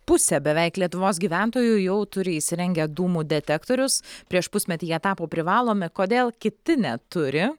pusė beveik lietuvos gyventojų jau turi įsirengę dūmų detektorius prieš pusmetį jie tapo privalomi kodėl kiti neturi